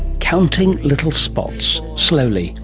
counting little spots, slowly,